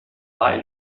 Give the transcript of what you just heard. war